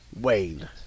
Wayne